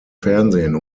fernsehen